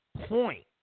point